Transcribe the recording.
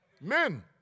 men